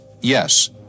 Yes